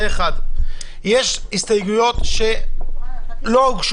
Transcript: יש הסתייגויות שעדיין לא הוגשה